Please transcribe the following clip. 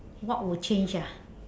what would change ah